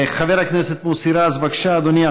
חבר הכנסת מוסי רז, בבקשה, אדוני.